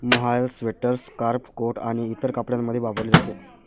mohair sweater, scarf, coat आणि इतर कपड्यांमध्ये वापरले जाते